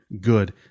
good